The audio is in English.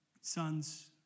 sons